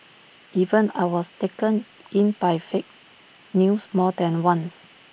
even I was taken in by fake news more than once